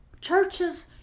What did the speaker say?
churches